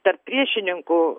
tarp priešininkų